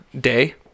day